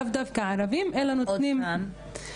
לאו דווקא ערבים אלא נותנים שירות.